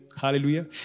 Hallelujah